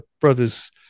brother's